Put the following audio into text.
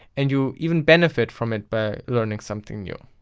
and you even benefit from it by learning something new.